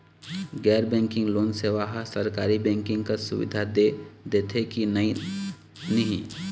गैर banking loan सेवा हा सरकारी बैंकिंग कस सुविधा दे देथे कि नई नहीं?